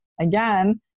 again